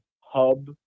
hub